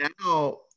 now